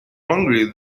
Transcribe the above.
hungry